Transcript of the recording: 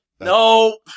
No